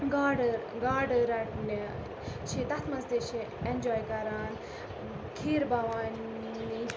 گاڈٕ گاڈٕ رَٹنہِ چھِ تَتھ مَنٛز تہِ چھِ اٮ۪نجاے کَران کھیٖر بَوانی